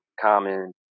Common